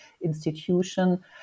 institution